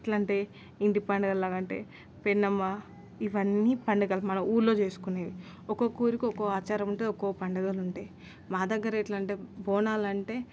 ఎట్లా అంటే ఇంటి పండుగల లాగా అంటే పెన్నమ్మ ఇవన్నీ పండుగలు మన ఊరిలో చేసుకునేవి ఒక్కొక్క ఊరికి ఒక్కో ఆచారం ఉంటుంది ఒక్కో పండుగలు ఉంటాయి మా దగ్గర ఎట్లా అంటే బోనాలు అంటే